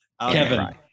Kevin